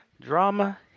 Drama